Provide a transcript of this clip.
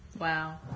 Wow